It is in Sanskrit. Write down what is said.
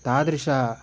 तादृशानि